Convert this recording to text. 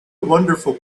wonderful